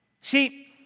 See